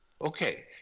Okay